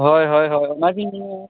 ᱦᱚᱭ ᱦᱚᱭ ᱦᱚᱭ ᱚᱱᱟᱜᱮᱧ